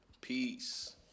Peace